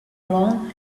alone